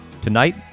Tonight